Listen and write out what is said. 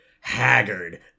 haggard